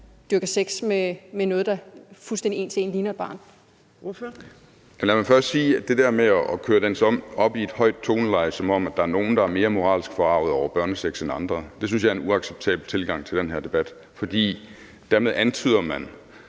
Ordføreren. Kl. 11:04 Ole Birk Olesen (LA): Lad mig først sige, at det der med at køre det op i et højt toneleje, som om der er nogle, der er mere moralsk forargede over børnesex end andre, synes jeg er en uacceptabel tilgang til den her debat. For dermed antyder man,